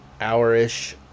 hour-ish